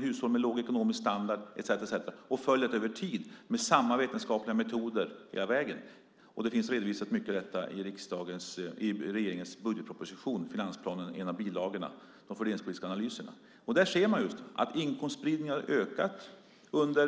hushåll med låg ekonomisk standard etcetera - och följer dem med samma vetenskapliga metoder hela vägen ser man att inkomstspridningen ökade under den tid som Miljöpartiet var med och styrde Sverige, att förmögenhetskoncentrationen ökade, att antalet ensamstående kvinnor med barn ökade av andelen hushåll med låga inkomster.